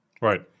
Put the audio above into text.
Right